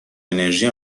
انرژی